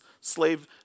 slave